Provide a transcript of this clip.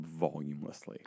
volumelessly